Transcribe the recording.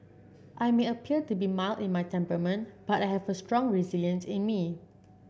I may appear to be mild in my temperament but I have a strong resilience in me